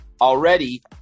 already